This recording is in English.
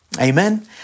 Amen